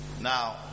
Now